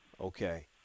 Okay